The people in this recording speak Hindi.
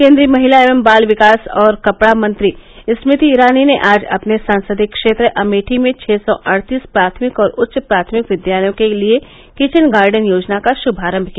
केन्द्रीय महिला एवं बाल विकास और कपड़ा मंत्री स्मृति ईरानी ने आज अपने संसदीय क्षेत्र अमेठी में छ सौ अड़तीस प्राथमिक और उच्च प्राथमिक विद्यालयों के लिए किचन गार्डन योजना का शुभारम्भ किया